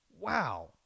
Wow